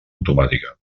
automàtica